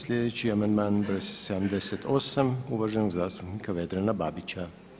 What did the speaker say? Slijedeći amandman broj 78. uvaženog zastupnika Vedrana Babića.